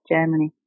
Germany